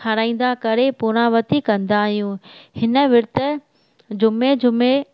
खाराईंदा करे पूर्णा वरती कंदा आहियूं हिन विर्तु जुमे जुमे